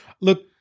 Look